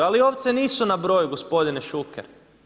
Ali ovce nisu na broju gospodine Šuker.